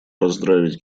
поздравить